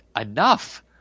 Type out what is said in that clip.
Enough